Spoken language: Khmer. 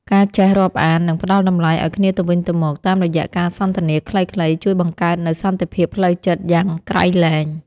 ការចេះរាប់អាន និងផ្ដល់តម្លៃឱ្យគ្នាទៅវិញទៅមកតាមរយៈការសន្ទនាខ្លីៗជួយបង្កើតនូវសន្តិភាពផ្លូវចិត្តយ៉ាងក្រៃលែង។